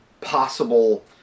possible